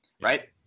right